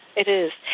it is.